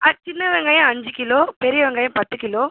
ஆ சின்ன வெங்காயம் அஞ்சு கிலோ பெரிய வெங்காயம் பத்து கிலோ